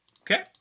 Okay